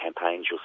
campaigns